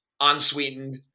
unsweetened